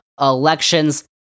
Elections